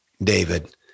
David